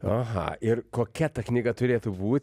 aha ir kokia ta knyga turėtų būt